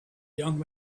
young